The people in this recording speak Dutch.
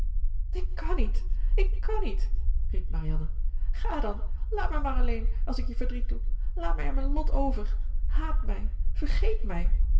ik kàn niet ik kàn niet riep marianne ga dan laat mij maar alleen als ik je verdriet doe laat mij aan mijn lot over haat mij vergeet mij